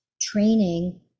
training